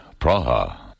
Praha